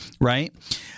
right